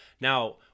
Now